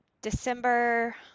December